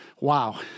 Wow